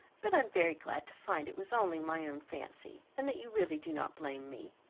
but i am very glad to find it was only my own fancy, and that you really do not blame me.